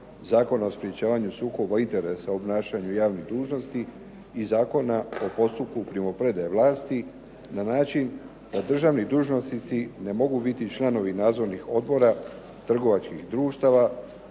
Zakon o sprečavanju sukoba interesa u obnašanju javnih dužnosti i Zakona o postupku primopredaje vlasti na način da državni dužnosnici ne mogu biti članovi nadzornih odbora, trgovačkih društva,